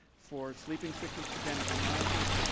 for sleeping sickness, trypanosomiasis.